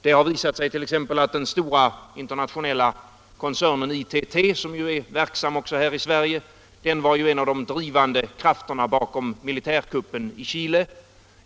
Det har visat sig att den stora internationella koncernen ITT, som är verksam även här i Sverige, var en av de drivande krafterna bakom militärkuppen i Chile.